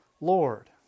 Lord